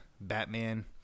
Batman